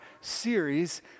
series